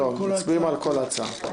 לא, מצביעים על ההצעה.